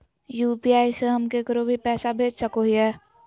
UPI से हम केकरो भी पैसा भेज सको हियै?